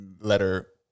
letter